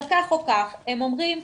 אבל כך או כך, הם אומרים: